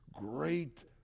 great